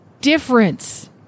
difference